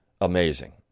amazing